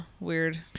Weird